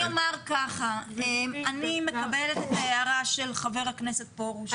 אני אומר כך: אני מקבלת את ההערה של חבר הכנסת פרוש.